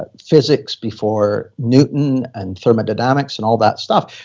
but physics before newton, and thermodynamics and all that stuff.